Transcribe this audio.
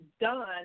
done